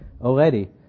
already